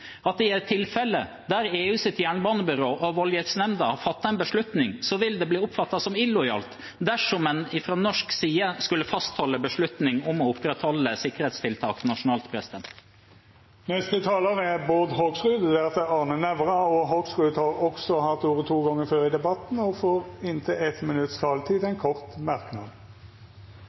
at i et tilfelle der EUs jernbanebyrå og voldgiftsnemnda har fattet en beslutning, vil det bli oppfattet som illojalt dersom en fra norsk side skulle fastholde en beslutning om å opprettholde sikkerhetstiltak nasjonalt. Representanten Bård Hoksrud har òg hatt ordet to gonger tidlegare og